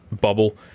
bubble